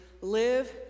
live